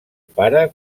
pare